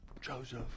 joseph